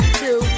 two